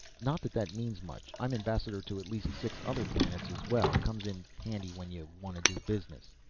not that that means much, i'm ambassador to at least six other planets as well. comes in handy when you want to do business.